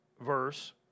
verse